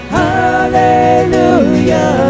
hallelujah